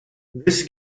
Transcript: this